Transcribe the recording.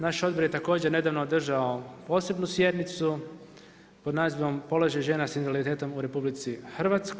Naš odbor je također nedavno održao posebnu sjednicu pod nazivom položaj žena sa invaliditetom u RH.